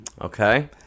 Okay